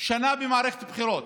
שנה במערכת בחירות,